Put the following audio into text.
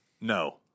No